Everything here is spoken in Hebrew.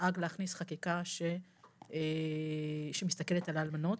דאג להכניס חקיקה שמסתכלת על האלמנות